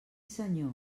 senyor